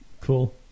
cool